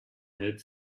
hit